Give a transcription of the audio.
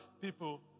people